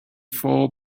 four